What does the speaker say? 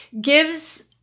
gives